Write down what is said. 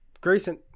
Grayson